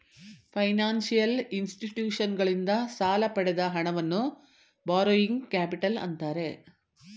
financial ಇನ್ಸ್ಟಿಟ್ಯೂಷನ್ಸಗಳಿಂದ ಸಾಲ ಪಡೆದ ಹಣವನ್ನು ಬಾರೋಯಿಂಗ್ ಕ್ಯಾಪಿಟಲ್ ಅಂತ್ತಾರೆ